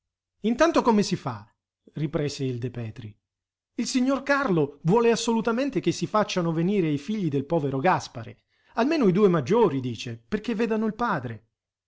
intanto come si fa riprese il de petri il signor carlo vuole assolutamente che si facciano venire i figli del povero gaspare almeno i due maggiori dice perché vedano il padre